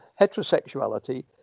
heterosexuality